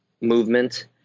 movement